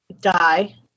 Die